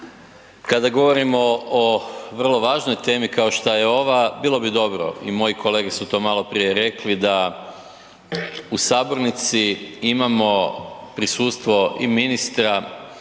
kada govorimo o vrlo važnoj temi kao što je ova bilo bi dobro i moji kolege su to maloprije rekli da u sabornici imamo prisustvo i ministra,